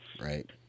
Right